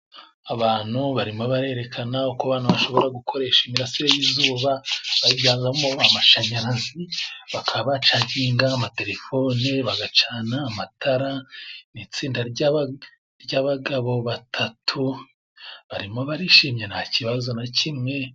Abantu barimo barerekana uko abantu bashobora gukoresha imirasire y'izuba, bayibyazamo amashanyarazi, bakaba bacakinga amatelefone bagacana amatara. Ni itsinda ry'abagabo batatu barimo barishimye nta kibazo na kimwe.